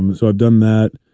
and so i've done that.